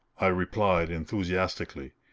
i replied enthusiastically.